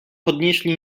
podnieśli